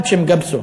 אחד בשם גפסו.